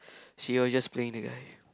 she will just playing the guy